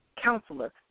Counselor